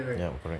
ya correct